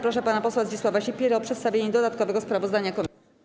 Proszę pana posła Zdzisława Sipierę o przedstawienie dodatkowego sprawozdania komisji.